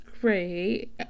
great